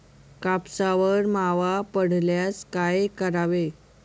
कापसावर मावा पडल्यास काय करावे?